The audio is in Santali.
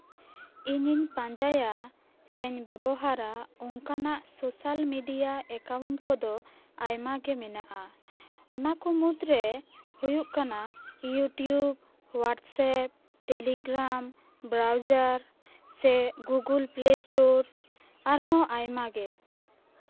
ᱤᱧᱤᱧ ᱯᱟᱸᱡᱟᱭᱟ ᱥᱮᱧ ᱵᱮᱵᱚᱦᱟᱨᱟ ᱚᱱᱠᱟᱱᱟᱜ ᱥᱳᱥᱟᱞ ᱢᱤᱰᱤᱭᱟ ᱮᱠᱟᱣᱩᱱᱴ ᱠᱚᱫᱚ ᱟᱭᱢᱟ ᱜᱮ ᱢᱮᱱᱟᱜᱼᱟ ᱚᱱᱟ ᱠᱚ ᱢᱩᱫᱽᱨᱮ ᱦᱩᱭᱩᱜ ᱠᱟᱱᱟ YouTube WhatsApp Telegram browser ᱥᱮ ᱜᱩᱜᱳᱞ ᱯᱞᱮ ᱥᱴᱳᱨ ᱟᱨᱦᱚᱸ ᱟᱭᱢᱟ ᱜᱮ